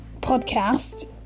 podcast